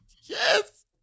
Yes